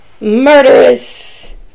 murderous